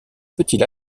petits